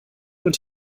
und